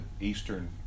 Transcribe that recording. Eastern